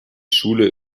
schule